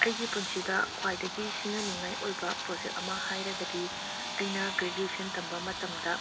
ꯑꯩꯒꯤ ꯄꯨꯟꯁꯤꯗ ꯈ꯭ꯋꯥꯏꯗꯒꯤ ꯁꯤꯡꯅꯅꯤꯉꯥꯏ ꯑꯣꯏꯕ ꯄ꯭ꯔꯣꯖꯦꯛ ꯑꯃ ꯍꯥꯏꯔꯒꯗꯤ ꯑꯩꯅ ꯒ꯭ꯔꯦꯖꯨꯑꯦꯁꯟ ꯇꯝꯕ ꯃꯇꯝꯗ